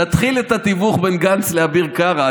תתחיל את התיווך בין גנץ לאביר קארה,